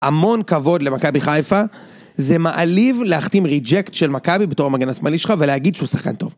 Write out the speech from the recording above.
המון כבוד למכבי חיפה. זה מעליב להחתים ריג'קט של מכבי בתור המגן השמאלי שלך ולהגיד שהוא שחקן טוב.